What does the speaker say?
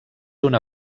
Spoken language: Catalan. una